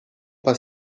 pas